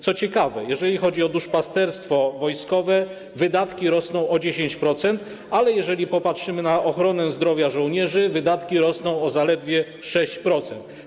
Co ciekawe, jeżeli chodzi o duszpasterstwo wojskowe, wydatki rosną o 10%, ale jeżeli popatrzymy na ochronę zdrowia żołnierzy, wydatki rosną o zaledwie 6%.